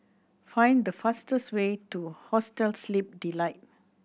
find the fastest way to Hostel Sleep Delight